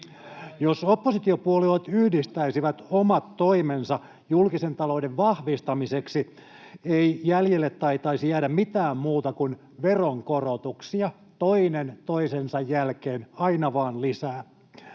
Jos oppositiopuolueet yhdistäisivät omat toimensa julkisen talouden vahvistamiseksi, ei jäljelle taitaisi jäädä mitään muuta kuin veronkorotuksia toinen toisensa jälkeen aina vaan lisää.